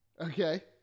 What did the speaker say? Okay